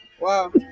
Wow